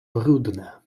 brudne